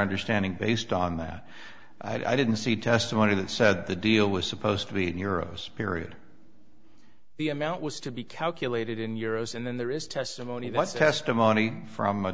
understanding based on that i didn't see testimony that said the deal was supposed to be in europe period the amount was to be calculated in euro's and then there is testimony that's testimony from a